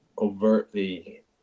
overtly